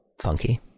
funky